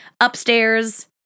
upstairs